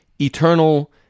eternal